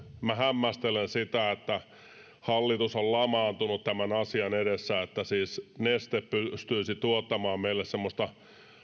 minä hämmästelen sitä että hallitus on lamaantunut tämän asian edessä että siis neste pystyisi tuottamaan meille semmoista